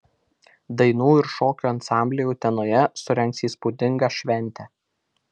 dainų ir šokių ansambliai utenoje surengs įspūdingą šventę